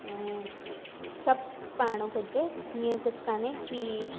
ऐं सभु पाइणो घुरिजे हीअं कुझु कोन्हे की